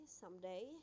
someday